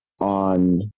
on